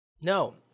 no